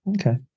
Okay